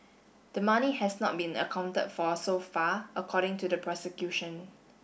the money has not been accounted for so far according to the prosecution